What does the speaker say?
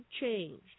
changed